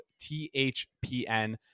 THPN